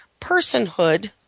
personhood